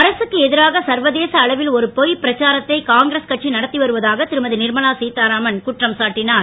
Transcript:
அரகக்கு எதிராக சர்வதேச அளவில் ஒரு பொய் பிரச்சாரத்தை காங்கிரஸ் கட்சி நடத்தி வருவதாக திருமதி நிர்மலா சீதாராமன் குற்றம் சாட்டினார்